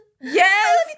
Yes